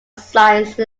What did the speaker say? science